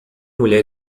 mulher